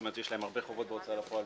זאת אומרת שיש להם הרבה חובות בהוצאה לפועל.